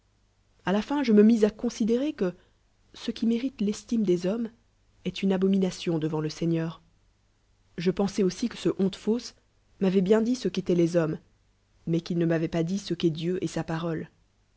a la fin je me mis à considérer que ce qui mérite l'estime des hommes est une ahomiustioa devant le sei gnenr je pensai aussi que ce hontefausse m'avoit bien dit ce qu'éloictit les hommes mais qu'a ne irn'avoit pas dit ce qu'est dieu et sa parole